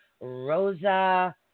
Rosa